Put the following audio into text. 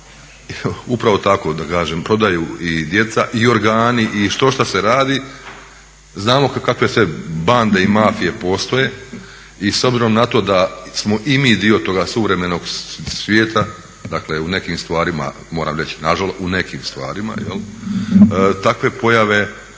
upravo tako da kažem prodaju i djeca i organi i štošta se radi. Znamo kakve sve bande i mafije postoje i s obzirom na to da smo i mi dio toga suvremenog svijeta, dakle u nekim stvarima moram reći na žalost. U nekim stvarima takve pojave,